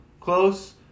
close